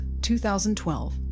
2012